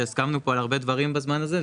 שהסכמנו פה על הרבה דברים בזמן הזה.